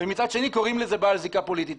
ומצד שני קוראים לזה בעל זיקה פוליטית.